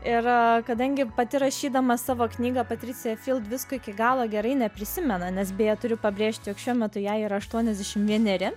ir kadangi pati rašydama savo knygą patricija visko iki galo gerai neprisimena nes beje turiu pabrėžti jog šiuo metu jai aštuoniasdešimt vieneri